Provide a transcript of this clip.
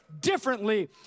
differently